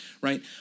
right